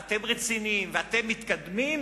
אתם רציניים ואתם מתקדמים,